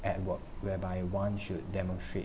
at work whereby one should demonstrate